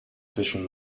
zwischen